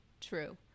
true